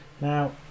now